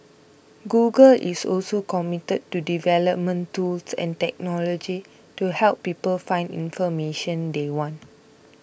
google is also committed to development tools and technology to help people find information they want